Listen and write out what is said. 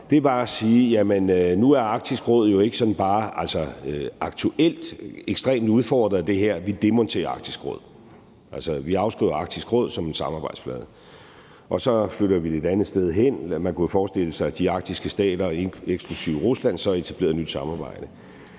et svar var at sige, at nu er Arktisk Råd jo ikke sådan bare aktuelt ekstremt udfordret af det her, så vi demonterer Arktisk Råd; vi afskriver Arktisk Råd som en samarbejdsflade, og så flytter vi det et andet sted hen. Man kunne forestille sig, at de arktiske stater eksklusive Rusland så etablerede et nyt samarbejde.